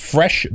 Fresh